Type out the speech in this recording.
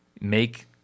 make